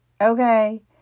okay